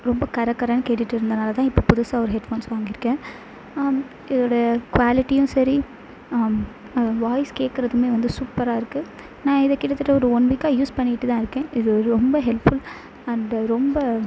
ரொம்ப கர கரன்னு கேட்டுகிட்டு இருந்தனால்தான் இப்போ புதுசாக ஒரு ஹெட் ஃபோன்ஸ் வாங்கியிருக்கேன் இதோட குவாலிட்டியும் சரி வாய்ஸ் கேட்கறதுமே வந்து சூப்பராக இருக்குது நான் இதை கிட்டத்தட்ட ஒரு ஒன் வீக்காக யூஸ் பண்ணிக்கிட்டு தான் இருக்கேன் இது ரொம்ப ஹெல்ப்ஃபுல் அண்டு ரொம்ப